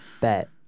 Bet